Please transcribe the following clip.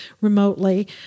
remotely